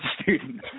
student